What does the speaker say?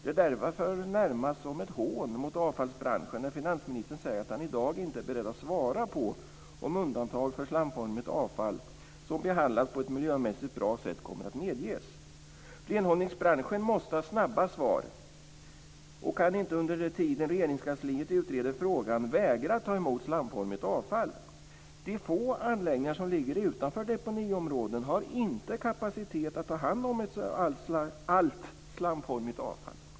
Det är därför närmast som ett hån mot avfallsbranschen när finansministern säger att han i dag inte är beredd att svara på om undantag för slamformigt avfall som behandlas på ett miljömässigt bra sätt kommer att medges. Renhållningsbranschen, som måste ha snabba svar, kan inte under tiden Regeringskansliet utreder frågan vägra att ta emot slamformigt avfall. De få anläggningar som ligger utanför deponiområden har inte kapacitet att ta hand om allt slamformigt avfall.